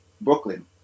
Brooklyn